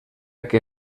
que